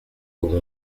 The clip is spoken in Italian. come